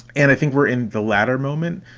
and i think we're in the latter moment,